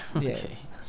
Yes